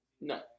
No